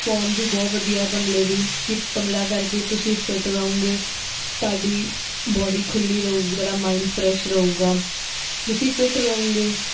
form ਵੀ ਬਹੁਤ ਵਧੀਆ ਭੰਗੜੇ ਦੀ ਕਿ ਭੰਗੜਾ ਕਰਕੇ ਤੁਸੀਂ ਫਿੱਟ ਰਹੂੰਗੇ ਤੁਹਾਡੀ ਬੋਡੀ ਖੁੱਲ੍ਹੀ ਰਹੇਗੀ ਤੁਹਾਡਾ ਮਾਇੰਡ ਫ੍ਰੈਸ਼ ਰਹੇਗਾ ਤੁਸੀਂ ਫਿੱਟ ਰਹੂੰਗੇ